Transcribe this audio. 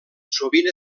sovint